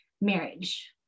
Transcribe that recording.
marriage